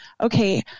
Okay